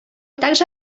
также